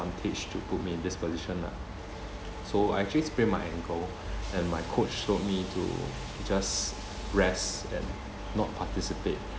to put me in this position lah so I actually sprained my ankle and my coach told me to just rest and not participate